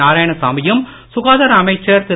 நாராயணசாமியும் சுகாதார அமைச்சர் திரு